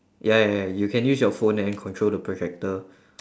ya ya ya you can use your phone and then control the projector